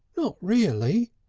not reely!